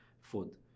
food